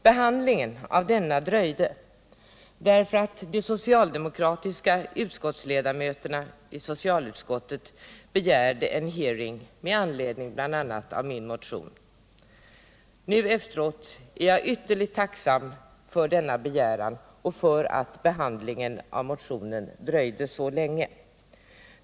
Behandlingen av motionen dröjde, därför att de socialdemokratiska ledamöterna i socialutskottet begärde en hearing med anledning bl.a. av min motion. Nu efteråt är jag ytterligt tacksam för denna begäran och för att behandlingen av motionen dröjde så länge.